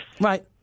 Right